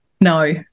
no